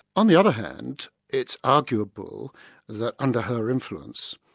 on the other hand, it's arguable that under her influence,